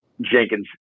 Jenkins